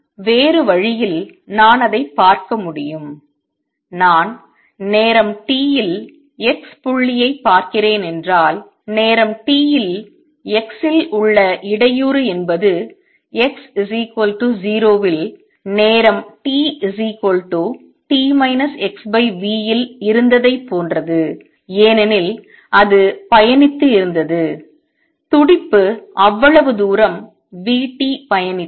வேறு வழியில் நான் அதைப் பார்க்க முடியும் நான் நேரம் t இல் x புள்ளியைப் பார்க்கிறேன் என்றால் நேரம் t இல் x இல் உள்ள இடையூறு என்பது x 0 இல் நேரம் t t x v ல் இருந்ததைப் போன்றது ஏனெனில் அது பயணித்து இருந்தது துடிப்பு அவ்வளவு தூரம் v t பயணித்தது